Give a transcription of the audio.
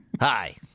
Hi